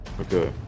Okay